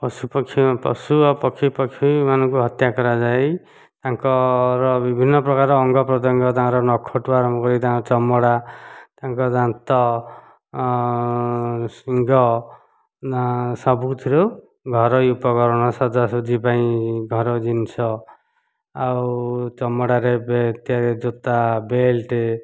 ପଶୁପକ୍ଷୀ ପଶୁ ଆଉ ପକ୍ଷୀ ପକ୍ଷୀ ମାନଙ୍କୁ ହତ୍ୟା କରାଯାଇ ତାଙ୍କର ବିଭିନ୍ନ ପ୍ରକାର ଅଙ୍ଗପ୍ରତ୍ୟଙ୍ଗ ତାଙ୍କର ନଖଠୁ ଆରମ୍ଭ କରି ତାଙ୍କ ଚମଡ଼ା ତାଙ୍କ ଦାନ୍ତ ଶୁଣ୍ଢ ନା ସବୁଥିରୁ ଘରୋଇ ଉପକରଣ ସଜାସଜି ପାଇଁ ଘର ଜିନିଷ ଆଉ ଚମଡ଼ାରେ ତିଆରି ଜୋତା ବେଲ୍ଟ